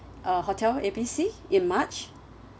uh hotel A B C in march